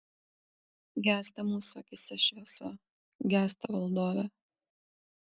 gęsta mūsų akyse šviesa gęsta valdove